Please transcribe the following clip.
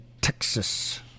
Texas